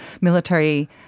military